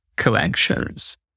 collections